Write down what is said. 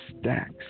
stacks